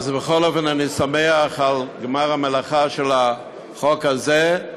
אז בכל אופן, אני שמח על גמר המלאכה של החוק הזה,